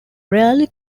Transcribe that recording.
rarely